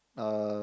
uh